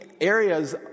areas